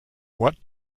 what